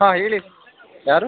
ಹಾಂ ಹೇಳಿ ಯಾರು